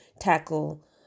tackle